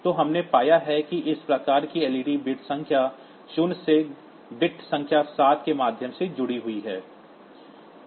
तो हमने पाया है कि इस प्रकार की लइडी बिट संख्या शून्य से बिट संख्या सात के माध्यम से जुड़ी हुई है